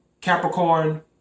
Capricorn